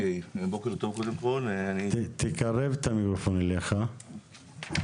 בוקר טוב, אני תמיר אדמון,